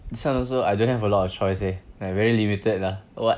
this one also I don't have a lot of choice leh like very limited lah what